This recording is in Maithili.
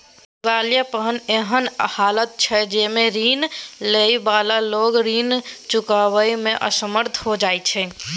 दिवालियापन एहन हालत छइ जइमे रीन लइ बला लोक रीन चुकाबइ में असमर्थ हो जाइ छै